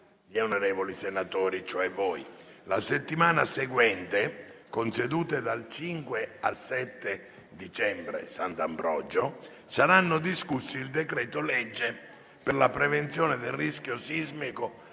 gli onorevoli senatori. La settimana seguente, con sedute dal 5 al 7 dicembre (Sant'Ambrogio), saranno discussi il decreto-legge per la prevenzione del rischio sismico